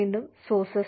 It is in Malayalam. വീണ്ടും സോർസസ്